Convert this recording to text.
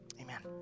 Amen